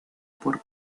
por